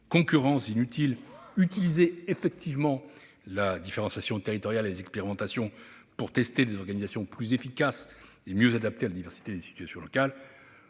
concurrences inutiles ; utiliser effectivement la différenciation territoriale et les expérimentations pour tester des organisations plus efficaces et mieux adaptées à la diversité des situations locales.